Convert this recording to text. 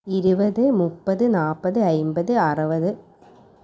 ഇരുപത് മുപ്പത് നാൽപ്പത് അൻപത് അറുപത്